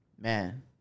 man